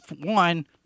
one